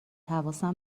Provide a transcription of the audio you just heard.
حواسم